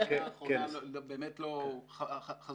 הערה אחרונה, עוד